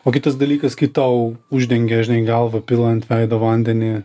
o kitas dalykas kai tau uždengia žinai galvą pila ant veido vandenį